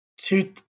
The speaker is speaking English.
Two